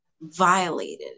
violated